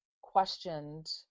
questioned